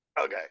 Okay